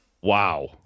Wow